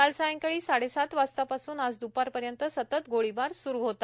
काल सायंकाळी साडेसात वाजतापासून आज द्पारपर्यंत सतत गोळीबार स्रू होता